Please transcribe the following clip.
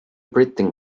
britain